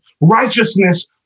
righteousness